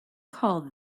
call